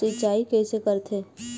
सिंचाई कइसे करथे?